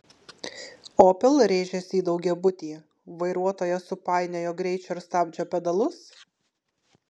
opel rėžėsi į daugiabutį vairuotoja supainiojo greičio ir stabdžio pedalus